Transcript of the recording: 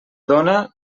dóna